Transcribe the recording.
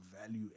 value